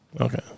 Okay